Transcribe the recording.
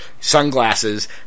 sunglasses